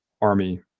army